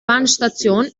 bahnstation